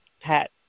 Pat